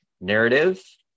narrative